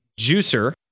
juicer